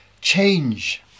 change